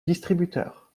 distributeur